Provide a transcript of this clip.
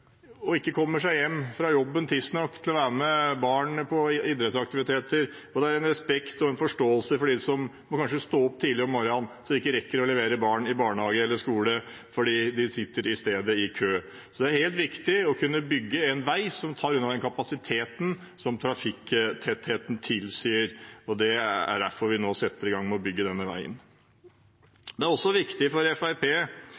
og ikke kommer seg hjem fra jobben tidsnok til å være med barna på idrettsaktiviteter, og det er en respekt og en forståelse for dem som kanskje må stå opp tidlig på morgenen og ikke rekker å levere barna i barnehage eller skole fordi de isteden sitter i kø. Så det er viktig å bygge en vei som tar unna den kapasiteten som trafikktettheten tilsier. Det er derfor vi nå setter i gang med å bygge denne